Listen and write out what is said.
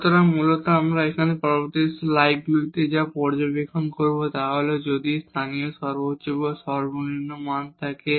সুতরাং মূলত আমরা এখন পরবর্তী স্লাইডগুলিতে যা পর্যবেক্ষণ করব তা হল যদি লোকাল ম্যাক্সিমা বা মিনিমা বিদ্যমান থাকে